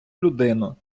людину